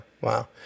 Wow